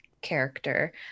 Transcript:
character